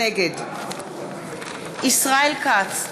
נגד ישראל כץ,